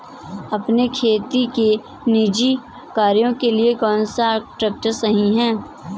अपने खेती के निजी कार्यों के लिए कौन सा ट्रैक्टर सही है?